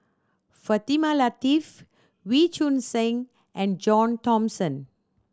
Fatimah Lateef Wee Choon Seng and John Thomson